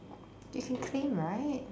they can claim right